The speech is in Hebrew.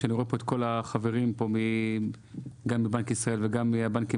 כשאני רואה פה את כל החברים גם מבנק ישראל וגם מהבנקים